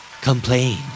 Complain